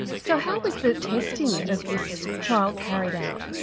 so how was the testing of this trial carried out?